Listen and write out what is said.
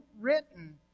written